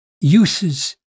uses